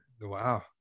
Wow